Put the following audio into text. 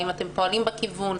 האם אתם פועלים בכיוון?